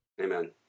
Amen